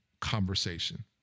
conversation